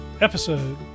episode